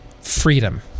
freedom